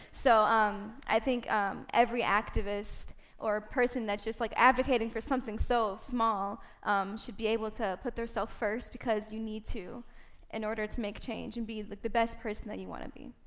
so um i think every activist or person that's just like advocating for something so small should be able to put theirself first, because you need to in order to make change and be the best person that you wanna be.